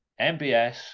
MBS